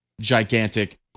gigantic